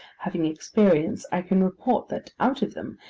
having experience, i can report that out of them,